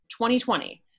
2020